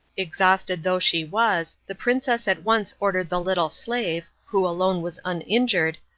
exhausted though she was, the princess at once ordered the little slave, who alone was uninjured,